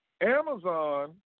Amazon